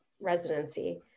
residency